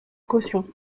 caution